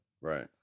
Right